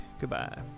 goodbye